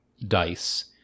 dice